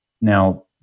now